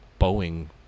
Boeing